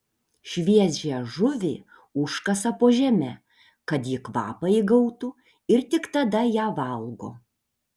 šviežią žuvį užkasa po žeme kad ji kvapą įgautų ir tik tada ją valgo